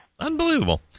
Unbelievable